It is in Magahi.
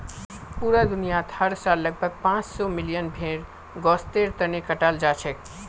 पूरा दुनियात हर साल लगभग पांच सौ मिलियन भेड़ गोस्तेर तने कटाल जाछेक